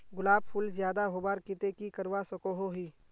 गुलाब फूल ज्यादा होबार केते की करवा सकोहो ही?